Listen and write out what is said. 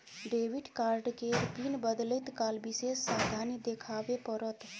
debit card केर PIN बदलैत काल विशेष सावाधनी देखाबे पड़त